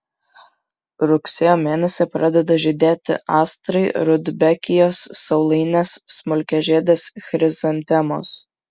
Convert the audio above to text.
rugsėjo mėnesį pradeda žydėti astrai rudbekijos saulainės smulkiažiedės chrizantemos